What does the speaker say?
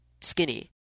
skinny